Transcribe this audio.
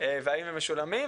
והאם הם משולמים.